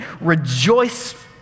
rejoice